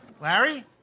Larry